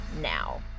now